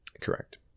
Correct